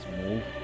move